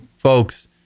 Folks